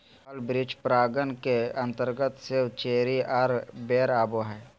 फल वृक्ष परागण के अंतर्गत सेब, चेरी आर बेर आवो हय